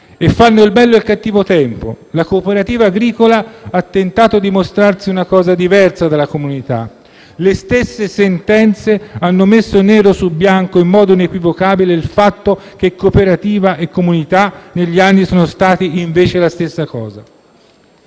e fanno il bello e il cattivo tempo. La cooperativa agricola ha tentato di mostrarsi una cosa diversa dalla comunità. Le stesse sentenze hanno messo nero su bianco, in modo inequivocabile, il fatto che cooperativa e comunità, negli anni, sono stati, invece, la stessa cosa,